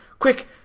quick